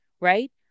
right